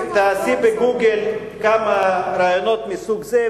כמה ראיונות מסוג זה,